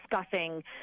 discussing